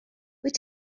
wyt